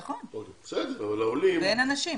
נכון, ואין אנשים.